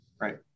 right